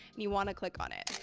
you want to click on it.